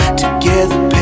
together